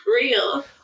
real